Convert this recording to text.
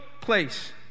place